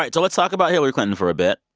ah and let's talk about hillary clinton for a bit.